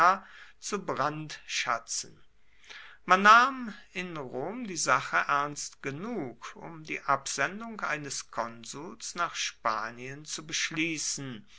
zu brandschatzen man nahm in rom die sache ernst genug um die absendung eines konsuls nach spanien zu beschließen